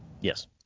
Yes